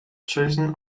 jason